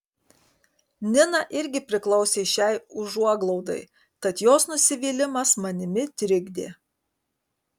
nina irgi priklausė šiai užuoglaudai tad jos nusivylimas manimi trikdė